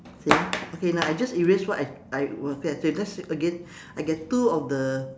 same okay now I just erase what I I was okay let's again I get two of the